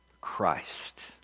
Christ